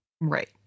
Right